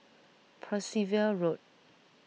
Percival Road